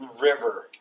river